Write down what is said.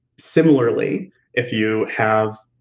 similarly if you have,